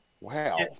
Wow